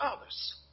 others